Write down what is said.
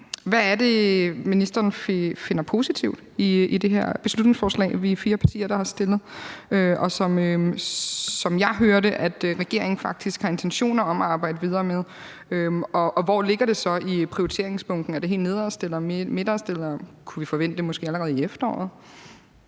hvad det er ministeren finder positivt i det her beslutningsforslag, som vi er fire partier der har fremsat, og som, som jeg hører det, regeringen faktisk har intentioner om at arbejde videre med, og hvor det så ligger i prioriteringsbunken? Er det helt nederst, midterst, eller kunne vi forvente det måske allerede i efteråret?